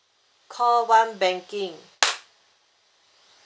call one banking